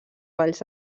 valls